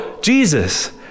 Jesus